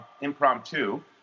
impromptu